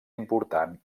important